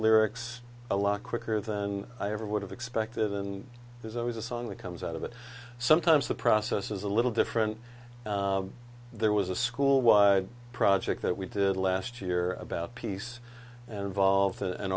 lyrics a lot quicker than i ever would have expected and there's always a song that comes out of it sometimes the process is a little different there was a school was a project that we did last year about peace and volved an a